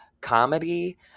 comedy